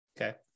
okay